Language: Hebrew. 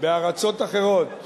בארצות אחרות,